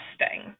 testing